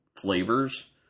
flavors